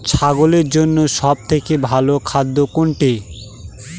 ছাগলের জন্য সব থেকে ভালো খাদ্য কোনটি?